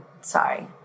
Sorry